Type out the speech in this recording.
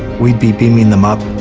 we'd be beaming them up,